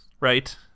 right